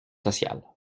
sociales